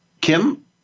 Kim